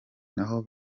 naho